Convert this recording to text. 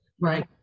Right